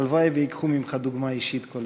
הלוואי שייקחו ממך דוגמה אישית כל השאר.